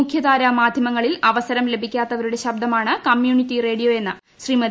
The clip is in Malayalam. മുഖ്യധാരാ മാധ്യമങ്ങളിൽ അവസരം ലഭിക്കാത്തവരുടെ ശബ്ദമാണ് കമ്മ്യൂണിറ്റി റേഡിയോ എന്ന് ശ്രീമതി